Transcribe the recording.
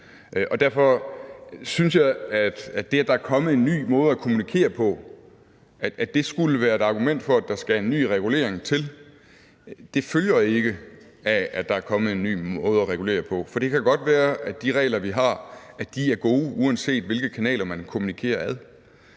Derfor synes jeg ikke, at det, at der er kommet en ny måde at kommunikere på, skulle være et argument for, at der skal en ny regulering til. For det kan godt være, at de regler, vi har, er gode, uanset hvilke kanaler man kommunikerer ad. Men